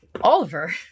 Oliver